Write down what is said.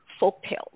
folktales